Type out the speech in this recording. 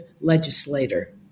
legislator